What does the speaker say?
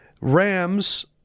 Rams